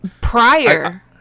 Prior